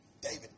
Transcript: David